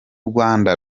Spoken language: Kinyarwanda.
rwanda